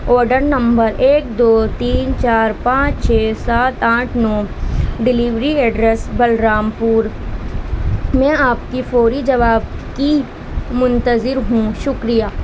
order number ایک دو تین چار پانچ چھ سات آٹھ نو ڈیلیوری ایڈریس بلرام پور میں آپ کی فوری جواب کی منتظر ہوں شکریہ